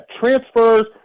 transfers